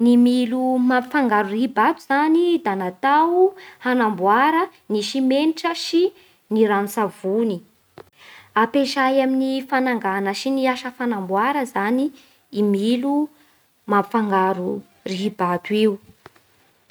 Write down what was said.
Ny milo mapifangaro rihibato zany da natao hanamboara ny simenitra ny rano-tsavony. Ampiasa amin'ny fanagana sy ny asa fanamboara zany i milo mampifangaro rihibato io